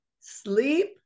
sleep